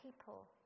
people